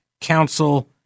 Council